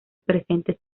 presentes